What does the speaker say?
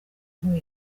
ntuye